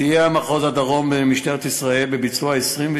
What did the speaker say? סייע מחוז הדרום של משטרת ישראל בביצוע 27